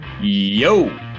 Yo